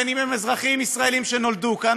בין אם הם אזרחים ישראלים שנולדו כאן